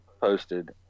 posted